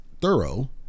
thorough